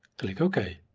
click okay.